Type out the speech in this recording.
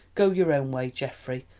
go your own way, geoffrey!